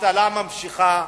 כתוצאה מזה, האבטלה נמשכת,